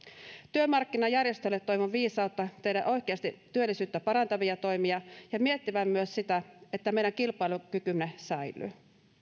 työmarkkinajärjestöille toivon viisautta tehdä oikeasti työllisyyttä parantavia toimia ja toivon niiden miettivän myös sitä että meidän kilpailukykymme säilyy